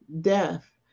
death